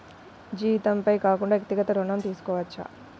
జీతంపై కాకుండా వ్యక్తిగత ఋణం తీసుకోవచ్చా?